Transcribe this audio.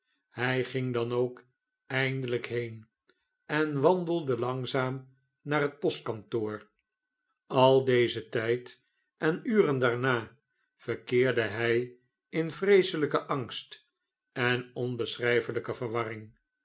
hn ging dan ook eindelijk heen en wandelde langzaam naar het postkantoor al dezen tijd en uren daarna verkeerde hij in vreeselijken angst en onbeschrijfelijke verwarring